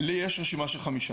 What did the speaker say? לי יש רשימה של חמישה.